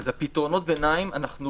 פתרונות ביניים, אנחנו